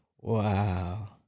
Wow